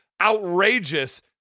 outrageous